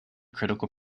critical